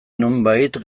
nonbait